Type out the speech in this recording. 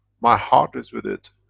my heart is with it.